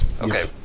Okay